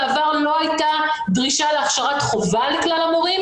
בעבר לא הייתה דרישה להכשרת חובה לכלל המורים,